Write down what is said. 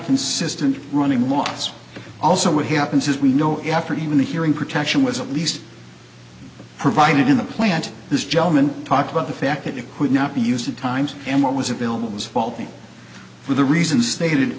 consistent running what's also what happens is we know after even the hearing protection was at least provided in the plant this gentleman talked about the fact that it would not be used in times and what was available was faulty for the reason stated